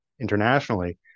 internationally